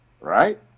Right